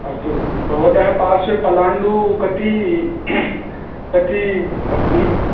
अस्तु भवतः पार्श्वे पलाण्डुः कति कति अस्ति